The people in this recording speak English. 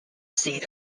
seat